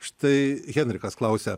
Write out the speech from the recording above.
štai henrikas klausia